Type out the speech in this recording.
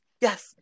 yes